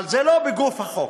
אבל זה לא בגוף החוק.